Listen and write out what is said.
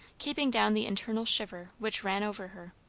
keeping down the internal shiver which ran over her.